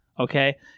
Okay